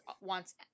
wants